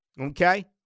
Okay